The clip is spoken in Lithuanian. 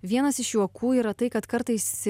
vienas iš juokų yra tai kad kartais